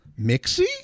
Mixie